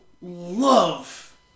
love